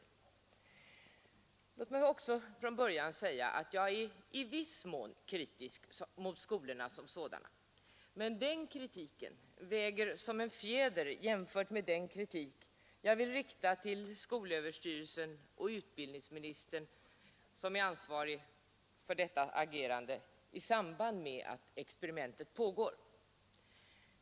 ga att jag i viss mån är kritisk mot Låt mig också från början s skolorna som sådana, men den kritiken väger som en fjäder jämfört med den kritik jag vill rikta mot de ansvariga, utbildningsministern och skolöverstyrelsen, för deras agerande i samband med att experimentet pågår.